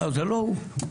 זה לא הוא.